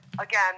again